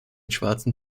schwarzen